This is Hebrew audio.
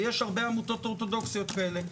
ויש הרבה עמותות אורתודוכסיות כאלה,